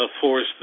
force